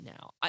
now